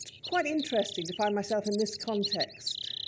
quite interesting to find myself in this context,